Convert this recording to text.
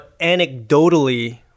anecdotally